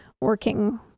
working